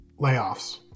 layoffs